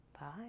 bye